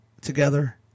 together